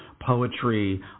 poetry